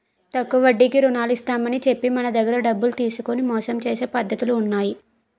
తక్కువ వడ్డీకి రుణాలు ఇస్తామని చెప్పి మన దగ్గర డబ్బులు తీసుకొని మోసం చేసే పద్ధతులు ఉన్నాయి